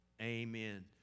Amen